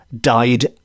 died